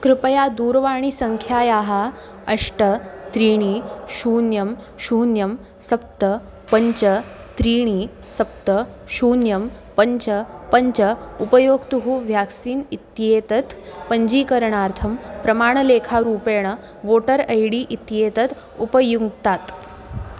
कृपया दूरवाणीसङ्ख्यायाः अष्ट त्रीणि शून्यं शून्यं सप्त पञ्च त्रीणि सप्त शून्यं पञ्च पञ्च उपयोक्तुः व्याक्सीन् इत्येतत् पञ्चीकरणार्थं प्रमाणलेखारूपेण वोटर् ऐ डी इत्येतत् उपयुङ्क्तात्